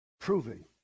Proving